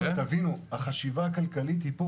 זו החשיבה הכלכלית.